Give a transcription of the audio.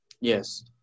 yes